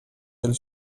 del